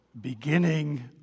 beginning